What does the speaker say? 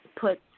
put